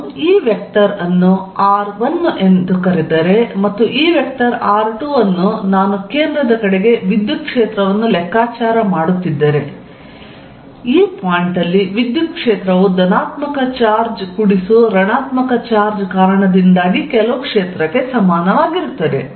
ನಾನು ಈ ವೆಕ್ಟರ್ ಅನ್ನು r1 ಎಂದು ಕರೆದರೆ ಮತ್ತು ಈ ವೆಕ್ಟರ್ r2 ಅನ್ನು ನಾನು ಕೇಂದ್ರದ ಕಡೆಗೆ ವಿದ್ಯುತ್ ಕ್ಷೇತ್ರವನ್ನು ಲೆಕ್ಕಾಚಾರ ಮಾಡುತ್ತಿದ್ದರೆ ಈ ಪಾಯಿಂಟ್ ಅಲ್ಲಿ ವಿದ್ಯುತ್ ಕ್ಷೇತ್ರವು ಧನಾತ್ಮಕ ಚಾರ್ಜ್ ಕೂಡಿಸು ಋಣಾತ್ಮಕ ಚಾರ್ಜ್ ಕಾರಣದಿಂದಾಗಿ ಕೆಲವು ಕ್ಷೇತ್ರಕ್ಕೆ ಸಮಾನವಾಗಿರುತ್ತದೆ